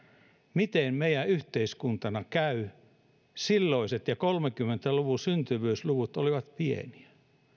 miten meidän yhteiskuntana käy silloiset ja kolmekymmentä luvun syntyvyysluvut olivat pieniä